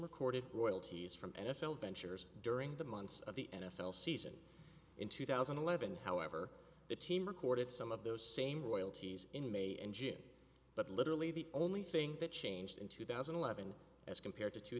recorded royalties from n f l ventures during the months of the n f l season in two thousand and eleven however the team recorded some of those same royalties in may and june but literally the only thing that changed in two thousand and eleven as compared to two